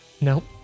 Nope